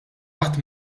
qatt